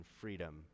freedom